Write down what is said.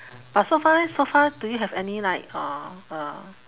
but so far leh so far do you have any like uh uh